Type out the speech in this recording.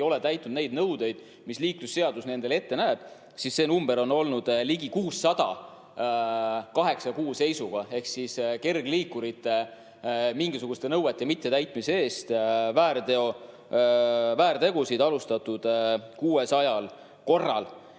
ole täitnud neid nõudeid, mis liiklusseadus nendele ette näeb, siis see number on olnud ligi 600 kaheksa kuu seisuga ehk kergliikurite mingisuguste nõuete mittetäitmise eest on väärteo[menetlusi] alustatud 600 korral.